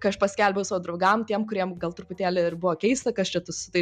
kai aš paskelbiau savo draugam tiem kuriem gal truputėlį ir buvo keista kas čia tu su tai